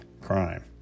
crime